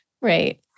right